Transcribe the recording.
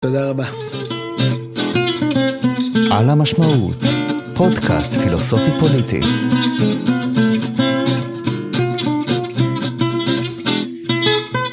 תודה רבה. על המשמעות. פודקאסט פילוסופי פוליטי